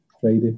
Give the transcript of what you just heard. Friday